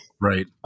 Right